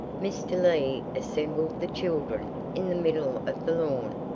mr. lee assembled the children in the middle of the lawn,